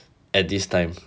at this time